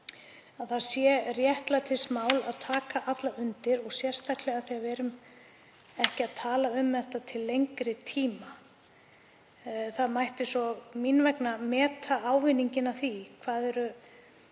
að það sé réttlætismál að taka alla undir og sérstaklega þegar við erum ekki að tala um þetta til lengri tíma. Það mætti svo mín vegna meta ávinninginn af því,